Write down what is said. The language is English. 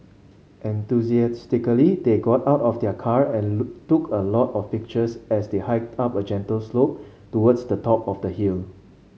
enthusiastically they got out of the car and look took a lot of pictures as they hiked up a gentle slope towards the top of the hill